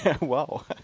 Wow